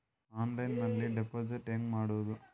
ಆನ್ಲೈನ್ನಲ್ಲಿ ಡೆಪಾಜಿಟ್ ಹೆಂಗ್ ಮಾಡುದು?